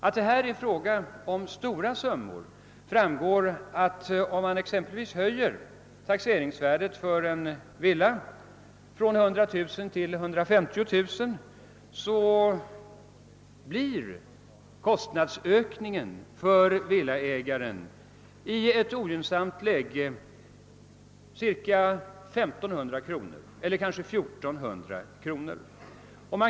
Att det här är fråga om stora summor framgår av att om taxeringsvärdet för en villa höjs exempelvis från 100 000 till 150 000 kronor så blir kostnadsökningen för villaägaren i ett ogynnsamt läge cirka 1500 kronor.